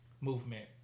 movement